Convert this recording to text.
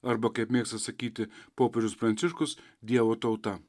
arba kaip mėgsta sakyti popiežius pranciškus dievo tauta